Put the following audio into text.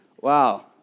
Wow